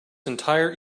entire